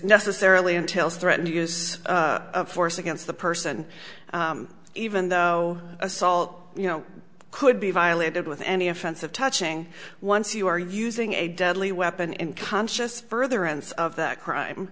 necessarily entails threaten to use force against the person even though assault you know could be violated with any offensive touching once you are using a deadly weapon in conscious further ends of that crime